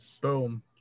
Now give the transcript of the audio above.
Boom